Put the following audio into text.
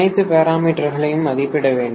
அனைத்து பேரமீட்டர்களையும் மதிப்பிட வேண்டும்